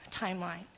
timeline